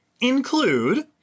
include